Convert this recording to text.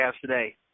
today